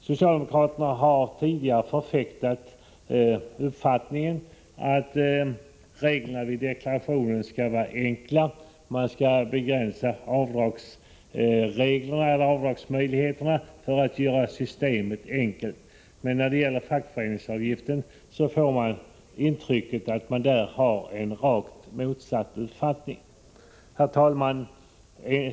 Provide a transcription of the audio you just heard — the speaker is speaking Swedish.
Socialdemokraterna har tidigare förfäktat uppfattningen att reglerna vid deklarationen skall vara enkla och att man skall begränsa avdragsmöjligheterna för att göra systemet enkelt. Men när det gäller fackföreningsavgiften får man intrycket att regeringen har en rakt motsatt uppfattning. Herr talman!